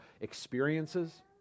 experiences